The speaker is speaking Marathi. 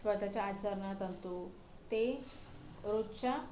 स्वतःच्या आचरणात आणतो ते रोजच्या